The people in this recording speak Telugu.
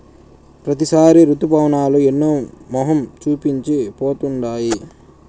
ప్రతిసారి రుతుపవనాలు ఎన్నో మొఖం చూపించి పోతుండాయి